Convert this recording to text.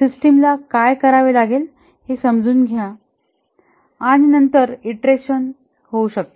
सिस्टमला काय करावे लागेल हे समजून घ्या आणि नंतर ईंटरेशन होऊ शकतात